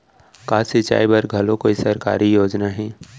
का सिंचाई बर घलो कोई सरकारी योजना हे?